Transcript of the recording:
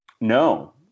no